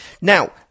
Now